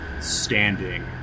Standing